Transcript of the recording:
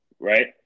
right